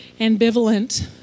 ambivalent